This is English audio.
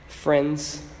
Friends